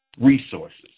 resources